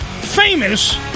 famous